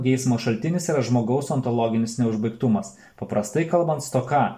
geismo šaltinis yra žmogaus ontologinis neužbaigtumas paprastai kalbant stoka